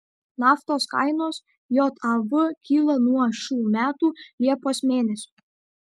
naftos kainos jav kyla nuo šių metų liepos mėnesio